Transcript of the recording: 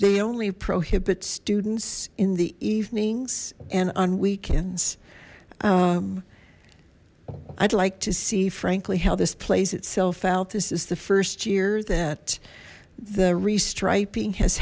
they only prohibit students in the evenings and on weekends i'd like to see frankly how this plays itself out this is the first year that the